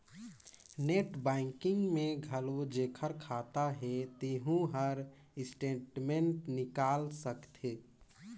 net banking में घलो जेखर खाता हे तेहू हर स्टेटमेंट निकाल सकथे